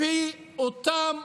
לפי אותם